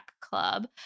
Club